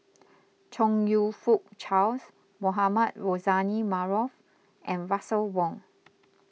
Chong You Fook Charles Mohamed Rozani Maarof and Russel Wong